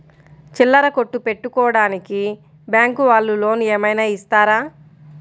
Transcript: చిల్లర కొట్టు పెట్టుకోడానికి బ్యాంకు వాళ్ళు లోన్ ఏమైనా ఇస్తారా?